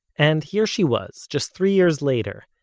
and here she was, just three years later,